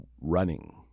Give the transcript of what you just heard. running